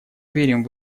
верим